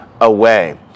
away